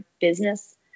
business